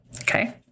Okay